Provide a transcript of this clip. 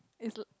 it's